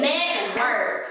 Network